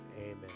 amen